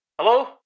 Hello